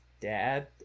Dad